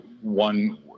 one